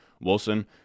Wilson